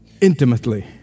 intimately